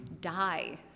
die